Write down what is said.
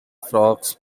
fox